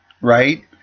right